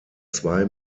zwei